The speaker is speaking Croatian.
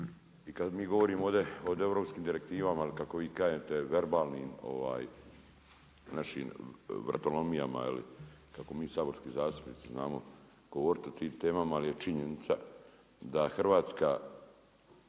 i kad mi govorimo ovdje o europskim direktivama ili kako vi kažete verbalnim našim vratolomijama ili kako mi saborski zastupnici znamo govoriti o tim temama, ali je činjenica da Hrvatska